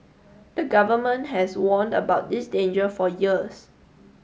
the government has warned about this danger for years